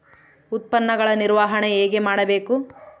ಉತ್ಪನ್ನಗಳ ನಿರ್ವಹಣೆ ಹೇಗೆ ಮಾಡಬೇಕು?